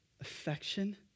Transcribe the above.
affection